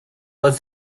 was